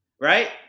right